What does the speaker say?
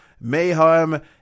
mayhem